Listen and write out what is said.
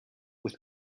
with